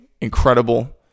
incredible